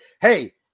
hey